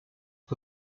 que